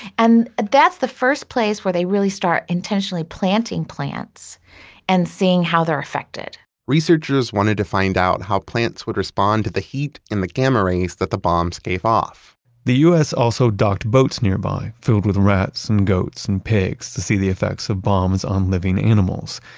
and that's the first place where they really start intentionally planting plants and seeing how they're affected researchers wanted to find out how plants would respond to the heat in the gamma rays that the bombs gave off the u s. also docked boats nearby, filled with rats and goats and pigs to see the effects of bombs on living animals.